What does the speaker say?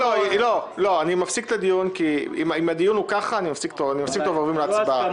אם הדיון ככה, אני מפסיק את הדיון.